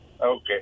Okay